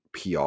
PR